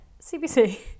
CBC